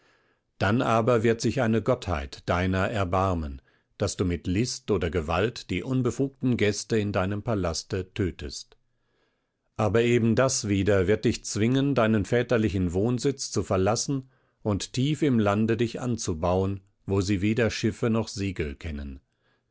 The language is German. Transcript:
dann aber wird sich eine gottheit deiner erbarmen daß du mit list oder gewalt die unbefugten gäste in deinem palaste tötest aber eben das wieder wird dich zwingen deinen väterlichen wohnsitz zu verlassen und tief im lande dich anzubauen wo sie weder schiffe noch segel kennen